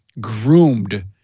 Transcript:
groomed